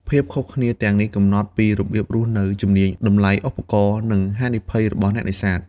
ភាពខុសគ្នាទាំងនេះកំណត់ពីរបៀបរស់នៅ ជំនាញ តម្លៃឧបករណ៍ និងហានិភ័យរបស់អ្នកនេសាទ។